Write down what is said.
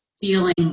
feeling